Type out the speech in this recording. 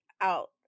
out